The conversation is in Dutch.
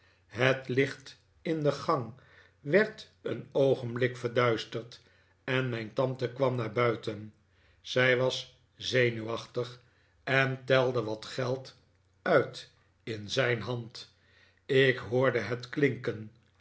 het licht in de gang werd een oogenblik verduisterd en mijn tante kwam naar buiten zij was zenuwachtig en telde wat geld uit in zijn hand ik hoorde het klinken